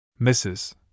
Mrs